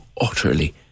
utterly